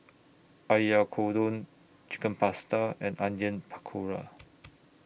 Oyakodon Chicken Pasta and Onion Pakora